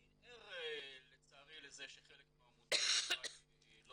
אני ער לצערי לזה שחלק מהעמותות אולי לא